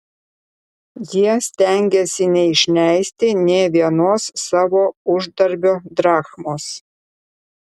jie stengėsi neišleisti nė vienos savo uždarbio drachmos